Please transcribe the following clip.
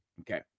Okay